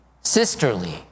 sisterly